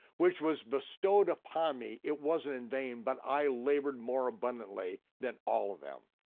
which was bestowed upon me, it wasn't in vain, but i labored more abundantly than all of them.